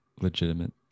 legitimate